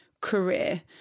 career